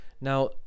Now